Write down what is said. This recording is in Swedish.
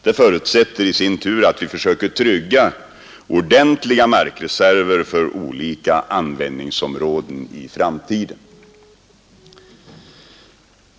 Detta förutsätter i sin tur att vi försöker trygga ordentliga markreserver för olika användningsområden i framtiden.